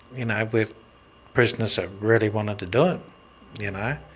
you know with prisoners that really wanted to do it you know,